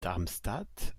darmstadt